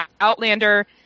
outlander